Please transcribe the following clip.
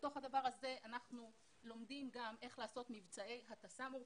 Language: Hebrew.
בתוך הדבר הזה אנחנו לומדים גם איך לעשות מבצעי הטסה מורכבים.